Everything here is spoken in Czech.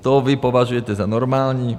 To vy považujete za normální?